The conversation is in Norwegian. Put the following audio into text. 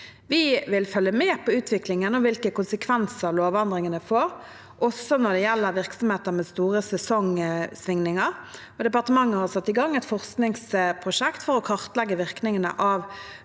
Vi vil følge med på utviklingen og hvilke konsekvenser lovendringene får, også når det gjelder virksomheter med store sesongsvingninger. Departementet har satt i gang et forskningsprosjekt for å kartlegge virkningene av